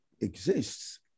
exists